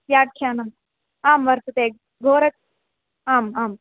व्याख्यानम् आं वर्तते घोरक् आम् आम्